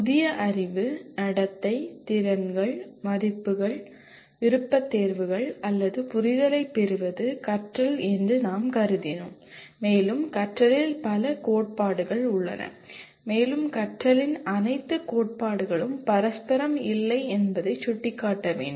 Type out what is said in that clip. புதிய அறிவு நடத்தை திறன்கள் மதிப்புகள் விருப்பத்தேர்வுகள் அல்லது புரிதலைப் பெறுவது கற்றல் என்று நாம் கருதினோம் மேலும் கற்றலில் பல கோட்பாடுகள் உள்ளன மேலும் கற்றலின் அனைத்து கோட்பாடுகளும் பரஸ்பரம் இல்லை என்பதை சுட்டிக்காட்ட வேண்டும்